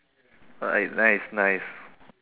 nice nice nice